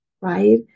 right